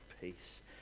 peace